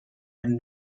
and